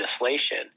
legislation